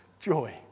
joy